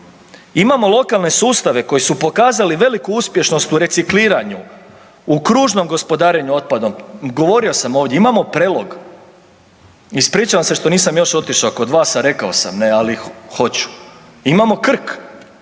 Imamo lokalne sustave koji su pokazali veliku uspješnost u recikliranju u kružnom gospodarenju otpadom, govorio sam ovdje, imamo Prelog. Ispričavam se što nisam još otišao kod vas, a rekao sam, ne, ali hoću. Imamo Krk,